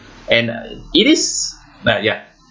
and it is ah ya